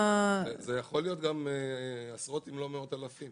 זה יכול להיות עשרות אם לא מאות אלפים.